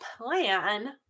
plan